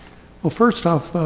well first off,